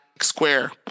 square